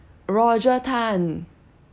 roger tan